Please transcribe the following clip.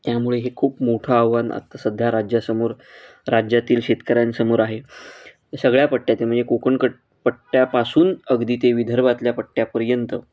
त्यामुळे हे खूप मोठं आव्हान आत्ता सध्या राज्यासमोर राज्यातील शेतकऱ्यांसमोर आहे सगळ्या पट्ट्यातील म्हणजे कोकण कट पट्ट्या पासून अगदी ते विदर्भातल्या पट्ट्यापर्यंत